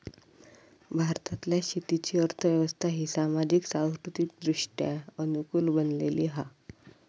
भारतातल्या शेतीची अर्थ व्यवस्था ही सामाजिक, सांस्कृतिकदृष्ट्या अनुकूल बनलेली हा